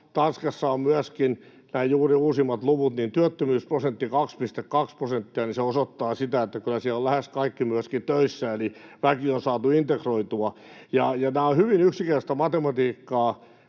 Tanskassa on myöskin, nämä juuri uusimmat luvut, työttömyysprosentti 2,2 prosenttia, ja se osoittaa sitä, että kyllä siellä ovat lähes kaikki myöskin töissä, eli väki on saatu integroitua. Tämä on hyvin yksinkertaista matematiikkaa